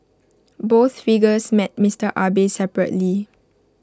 both figures met Mister Abe separately